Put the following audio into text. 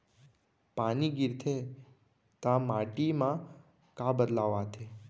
पानी गिरथे ता माटी मा का बदलाव आथे?